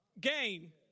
game